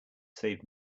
save